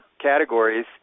categories